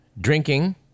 drinking